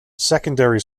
secondary